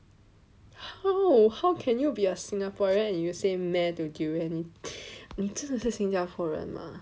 oh how how can you be a Singaporean when you say meh to durian 你真的是新加坡人吗